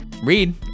read